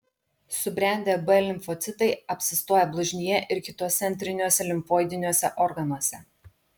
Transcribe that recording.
subrendę b limfocitai apsistoja blužnyje ir kituose antriniuose limfoidiniuose organuose